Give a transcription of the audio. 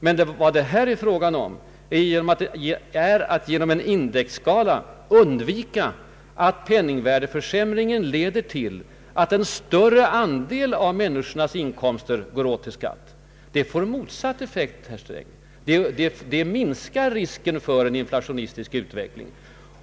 Men vad det här är fråga om är att genom en indexskala undvika att penningvärdeförsämringen leder till att en större andel av människornas inkomster går till skatt. Sådant får motsatt effekt, herr Sträng. Det minskar risken för en inflationistisk utveckling.